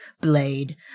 Blade